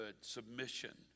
submission